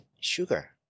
sugar